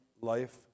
life